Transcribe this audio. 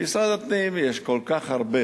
למשרד הפנים יש כל כך הרבה